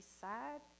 sad